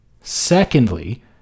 Secondly